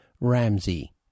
Ramsey